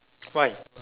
why